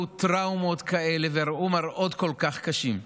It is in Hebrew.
טראומות כאלה וראו מראות כל כך קשים.